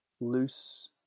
loose